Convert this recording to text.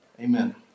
Amen